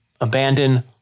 Abandon